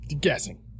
Guessing